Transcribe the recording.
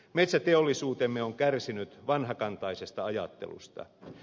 metsäteollisuutemme on kärsinyt vanhakantaisesta ajattelusta